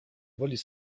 woli